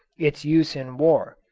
its use in war.